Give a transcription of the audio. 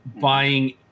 buying